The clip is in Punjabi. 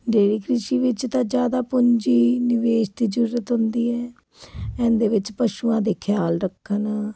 ਡੇਰੀ ਕ੍ਰਿਸ਼ੀ ਵਿੱਚ ਤਾਂ ਜ਼ਿਆਦਾ ਪੂੰਜੀ ਨਿਵੇਸ਼ ਦੀ ਜ਼ਰੂਰਤ ਹੁੰਦੀ ਹੈ ਇਹਦੇ ਵਿੱਚ ਪਸ਼ੂਆਂ ਦੇ ਖਿਆਲ ਰੱਖਣ